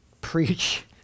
preach